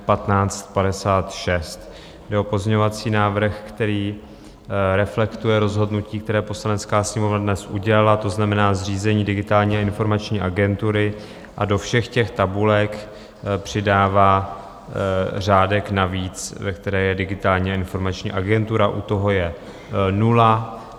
Jde o pozměňovací návrh, který reflektuje rozhodnutí, které Poslanecká sněmovna dnes udělala, to znamená zřízení Digitální a informační agentury, a do všech tabulek přidává řádek navíc, ve které je Digitální a informační agentura, u toho je nula.